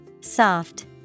Soft